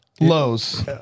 Lows